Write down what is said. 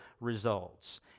results